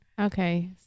okay